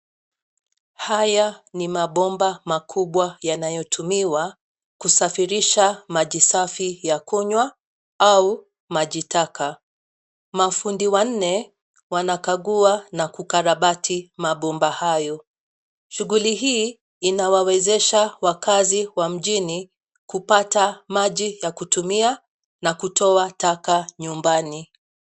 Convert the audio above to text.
Haya ni mabomba makumbwa yanayotumiwa kusafirisha maji safi ya kunywa au maji taka. Mafundi wanne wanakagua na kukarabati mabomba hayo. Shughuli hii inawawezesha wakazi wa mjini kupata maji ya kutumia na kutuoa taka nyumbani.